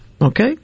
Okay